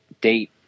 date